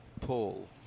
Paul